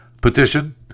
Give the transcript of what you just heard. petition